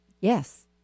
yes